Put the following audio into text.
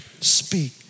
speak